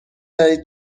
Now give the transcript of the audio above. دهید